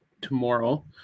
tomorrow